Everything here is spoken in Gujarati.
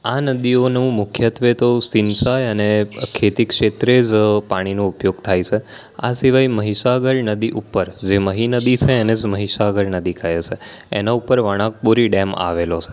આ નદીઓનું મુખ્યત્ત્વે તો સિંચાઈ અને ખેતી ક્ષેત્રે જ પાણીનો ઉપયોગ થાય છે આ સિવાય મહીસાગર નદી ઉપર જે મહી નદી છે એને જ મહીસાગર નદી કહે છે એના ઉપર વણાંક બોરી ડેમ આવેલો છે